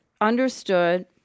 understood